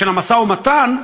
של המשא-ומתן,